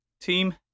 Team